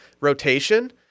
rotation